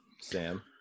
Sam